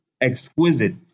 exquisite